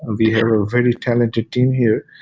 ah we have a very talented team here.